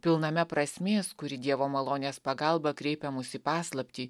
pilname prasmės kuri dievo malonės pagalba kreipia mus į paslaptį